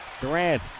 Durant